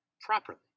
properly